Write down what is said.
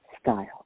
style